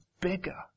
bigger